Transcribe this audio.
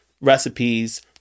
recipes